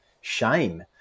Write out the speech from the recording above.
shame